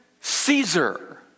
Caesar